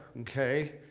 okay